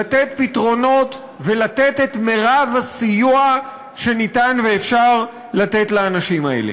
לתת פתרונות ולתת את מרב הסיוע שניתן ואפשר לתת לאנשים האלה.